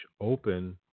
open